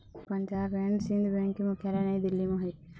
Punjab and Sindh bank के मुख्यालय नई दिल्ली म हे